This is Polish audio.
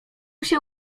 się